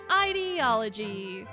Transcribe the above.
ideology